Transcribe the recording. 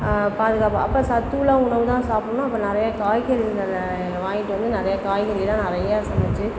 பாதுகாப்பாக அப்போ சத்து உள்ள உணவை தான் சாப்பிடுணும் அப்போ நிறைய காய்கறிகளை வாங்கிகிட்டு வந்து நிறைய காய்கறி தான் நிறைய சமைச்சு